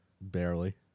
Barely